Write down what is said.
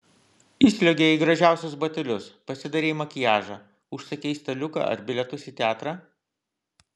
įsliuogei į gražiausius batelius pasidarei makiažą užsakei staliuką ar bilietus į teatrą